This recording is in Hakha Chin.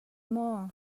maw